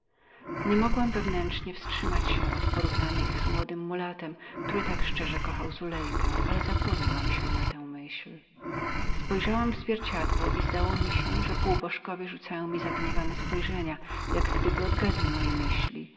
niemogłam wewnętrznie wstrzymać się od porównania ich z młodym mulatem który tak szczerze kochał zulejkę ale zapłoniłam się na tę myśl spojrzałam w zwierciadło i zdało mi się żem widziała jak pół bożkowie rzucali mi zagniewane spojrzenia niby odgadli moje myśli